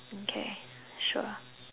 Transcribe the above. okay sure